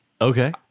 Okay